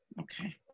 Okay